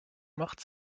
macht